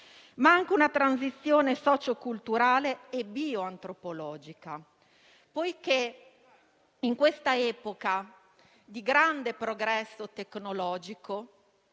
attraverso una transizione socio-culturale e bioantropologica. In questa epoca di grande progresso tecnologico,